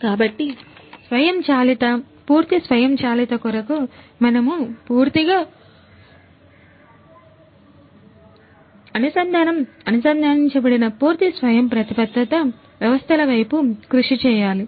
కాబట్టి స్వయంచాలితం పూర్తి స్వయంచాలిత కొరకు మనము పూర్తిగా అనుసంధానం అనుసంధానించబడిన పూర్తి స్వయంప్రతిపత్త వ్యవస్థల వైపు కృషి చేయాలి